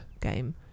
game